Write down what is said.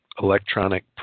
electronic